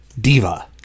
diva